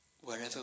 Wherever